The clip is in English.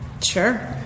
Sure